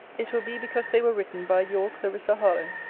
it will be because they were written by your clarissa harlowe.